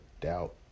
doubt